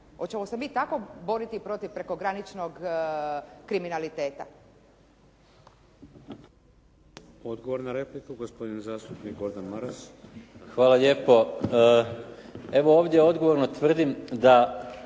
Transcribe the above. Hoćemo se mi tako boriti protiv prekograničnog kriminaliteta?